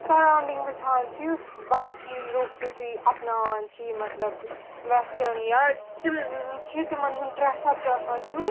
surrounding وُچھان چھِ یُس باقٕے لوٗکھ یُتُھے اَپناوان چھِ یہِ مَطلَب وِیسٹٲرٕن یا تِم چھِ تِمَن ہُنٛد ڈرٛس اَپ چھِ اَسہِ تٮُ۪تھ کہِ